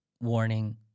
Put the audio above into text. Warning